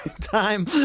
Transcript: time